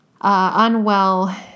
unwell